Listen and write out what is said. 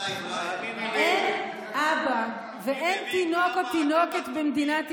אין אבא ואין תינוק או תינוקת במדינת ישראל,